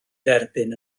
dderbyn